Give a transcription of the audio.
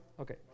okay